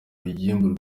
urugimbu